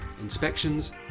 inspections